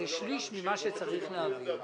זה שליש ממה שצריך להעביר.